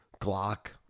Glock